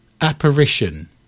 apparition